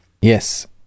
Yes